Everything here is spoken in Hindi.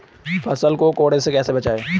फसल को कीड़े से कैसे बचाएँ?